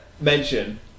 mention